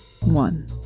one